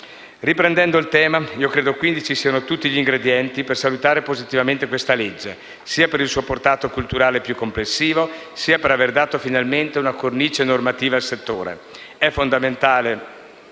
Riprendendo il tema, credo quindi che ci siano tutti gli ingredienti per salutare positivamente questo disegno di legge sia per il suo portato culturale più complessivo sia per aver dato finalmente una cornice normativa al settore. È fondamentale